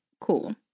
cool